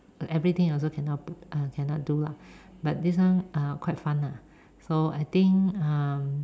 everything also cannot p~ uh cannot do lah but this one quite fun lah so I think um